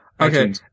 Okay